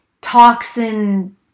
toxin